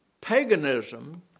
paganism